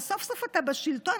וסוף-סוף אתה בשלטון,